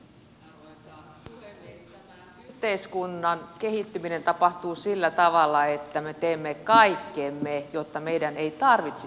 tämän yhteiskunnan kehittyminen tapahtuu sillä tavalla että me teemme kaikkemme jotta meidän ei tarvitsisi liikkua